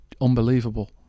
unbelievable